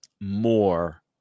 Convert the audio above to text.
more